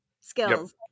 skills